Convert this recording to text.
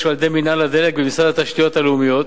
על-ידי מינהל הדלק במשרד התשתיות הלאומיות